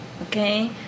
Okay